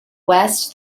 west